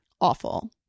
awful